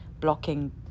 blocking